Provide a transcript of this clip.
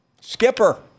Skipper